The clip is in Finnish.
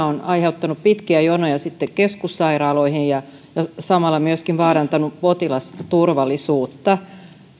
on aiheuttanut pitkiä jonoja sitten keskussairaaloihin ja ja samalla myöskin vaarantanut potilasturvallisuutta